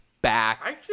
Back